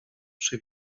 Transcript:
przy